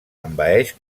envaeix